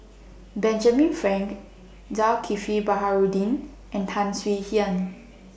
Benjamin Frank Zulkifli Baharudin and Tan Swie Hian